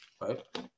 right